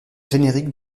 générique